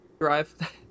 drive